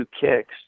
kicks